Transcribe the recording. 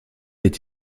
est